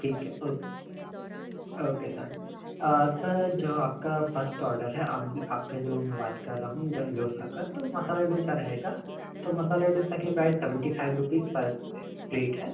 ठीक है ओ ओ के सर सर जो आपका फ़र्स्ट ऑर्डर है आप आपका जो बात कर रहा हूँ जो डोसा का तो मसाला डोसा रहेगा तो मसाले डोसा की price seventy five rupees per plate है